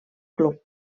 club